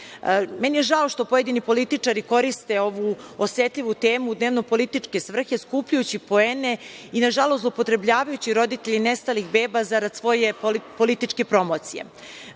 je žao što pojedini političari koriste ovu osetljivu temu u dnevno-političke svrhe, skupljajući poene i nažalost zloupotrebljavajući roditelje nestalih beba zarad svoje političke promocije. Na